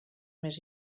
més